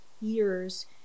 years